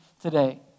today